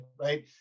right